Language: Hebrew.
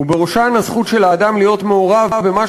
ובראשן זכותו של אדם להיות מעורב במה